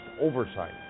oversight